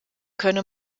könne